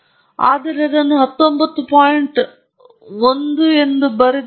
ಆದ್ದರಿಂದ ಇಲ್ಲಿ ಗಮನಾರ್ಹವಾದ ಅಂಕೆಗಳ ಸಂಖ್ಯೆ ಇಲ್ಲಿ ತೋರಿಸಿರುವ ಪ್ರತಿಯೊಂದು ಮೌಲ್ಯಗಳಿಗೆ ವಾಸ್ತವವಾಗಿ ವಿಭಿನ್ನವಾಗಿದೆ